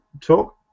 talk